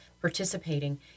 participating